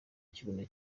ikibuno